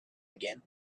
again